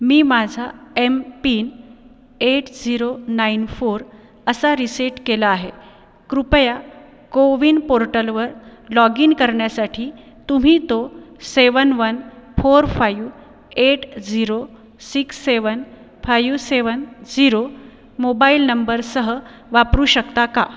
मी माझा M PIN eight zero nine four असा reset केला आहे कृपया कोविन पोर्टलवर लॉग इन करण्यासाठी तुम्ही तो seven one four five eight zero six seven five seven zero mobile नंबरसह वापरू शकता का